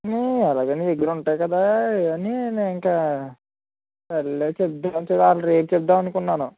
ఎలాగైనా దగ్గర ఉంటావు కదా అని నేను ఇంక సరేలే చెప్దాం ఇవాళ రేపు చెప్దాం అనుకున్నాను